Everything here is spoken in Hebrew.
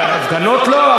הפגנות לא,